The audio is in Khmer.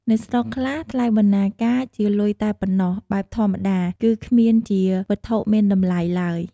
នៅស្រុកខ្លះ ថ្លៃបណ្ណាការជាលុយតែប៉ុណ្ណោះ បែបធម្មតា គឺគ្មានជាវត្ថុមានតម្លៃឡើយ។